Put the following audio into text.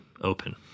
open